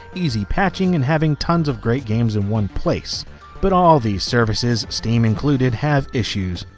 easy patching and having tons of great games in one place but all the services steam included have issues.